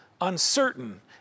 uncertain